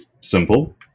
simple